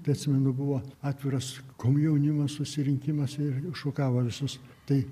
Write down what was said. tai atsimenu buvo atviras komjaunimo susirinkimas ir šukavo visus tai